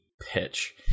pitch